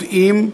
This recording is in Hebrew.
יודעים,